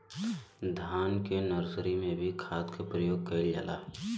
धान के नर्सरी में भी खाद के प्रयोग कइल जाला?